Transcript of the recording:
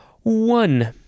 One